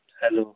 hello